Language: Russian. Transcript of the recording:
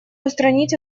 устранить